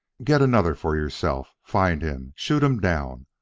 get another for yourself find him shoot him down!